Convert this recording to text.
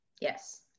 yes